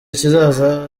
kizaza